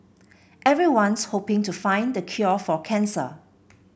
everyone's hoping to find the cure for cancer